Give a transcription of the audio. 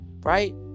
right